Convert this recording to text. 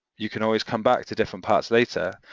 you can always come back to different parts later.